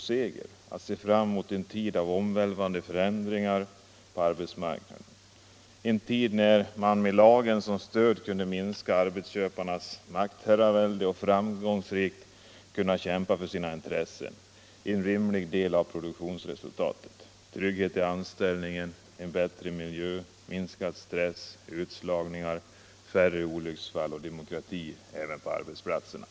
Man hade kunnat se fram mot en tid av omvälvande förändringar på arbetsmarknaden, en tid där man med lagen som stöd kunnat minska arbetsköparnas maktherravälde och framgångsrikt kämpat för sina intressen, dvs. en rimlig andel av produktionsresultatet, trygghet i anställningen, bättre arbetsmiljö, minskad stress och utslagning, färre olycksfall och demokrati även på arbetsplatserna.